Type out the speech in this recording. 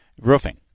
roofing